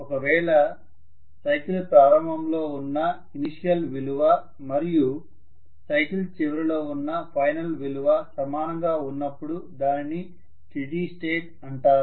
ఒకవేళ సైకిల్ ప్రారంభంలోఉన్న ఇనిషియల్ విలువ మరియు సైకిల్ చివరలో ఉన్న ఫైనల్ విలువ సమానంగా ఉన్నపుడు దానిని స్టీడి స్టేట్ అంటారు